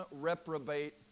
reprobate